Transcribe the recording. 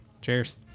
Cheers